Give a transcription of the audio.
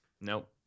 Nope